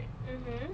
mmhmm